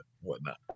Whatnot